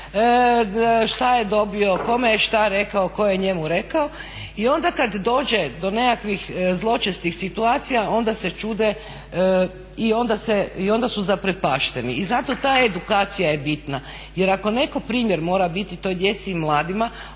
šta je dobio, kome je šta rekao, tko je njemu rekao i onda kada dođe do nekakvih zločestih situacija onda se čude i onda su zaprepašteni. I zato ta edukacija je bitna, jer ako netko primjer mora biti toj djeci i mladima